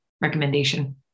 recommendation